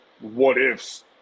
what-ifs